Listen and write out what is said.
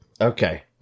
Okay